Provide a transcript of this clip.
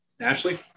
ashley